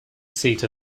seat